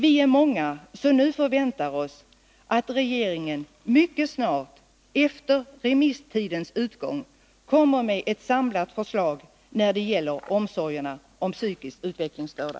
Vi är många som nu förväntar oss att regeringen mycket snart — efter remisstidens utgång — kommer med ett samlat förslag när det gäller omsorgerna om psykiskt utvecklingsstörda.